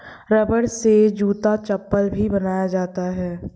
रबड़ से जूता चप्पल भी बनाया जाता है